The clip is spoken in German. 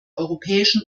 europäischen